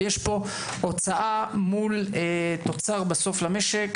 ויש פה הוצאה מול תוצר בסוף למשק,